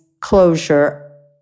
closure